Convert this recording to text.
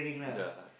ya